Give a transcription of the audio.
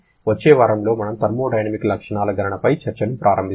వచ్చే వారంలో మనము థర్మోడైనమిక్ లక్షణాల గణనపై చర్చను ప్రారంభిస్తాము